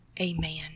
Amen